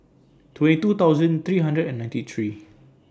twenty two thousand three hundred and ninety three